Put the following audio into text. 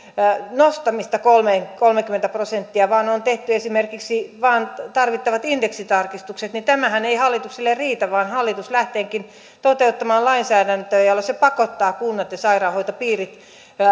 nostamista kolmekymmentä prosenttia vaan on tehty esimerkiksi vain tarvittavat indeksitarkistukset niin tämähän ei hallitukselle riitä vaan hallitus lähteekin toteuttamaan lainsäädäntöä jolla se pakottaa kunnat ja sairaanhoitopiirit